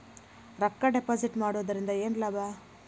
ರೊಕ್ಕ ಡಿಪಾಸಿಟ್ ಮಾಡುವುದರಿಂದ ಏನ್ ಲಾಭ?